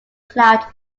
cloud